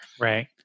Right